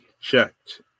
checked